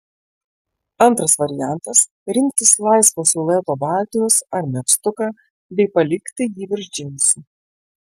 antras variantas rinktis laisvo silueto baltinius ar megztuką bei palikti jį virš džinsų